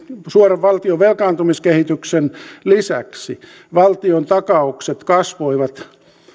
suoran valtion velkaantumiskehityksen lisäksi valtiontakaukset kasvoivat